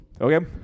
okay